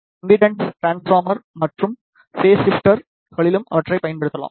impedance transformer மற்றும் phase ஸிப்ட்டர்ஸ்களிலும் அவற்றைப் பயன்படுத்தலாம்